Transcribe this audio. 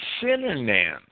synonym